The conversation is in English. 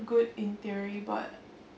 good in theory but